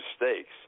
mistakes